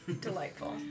Delightful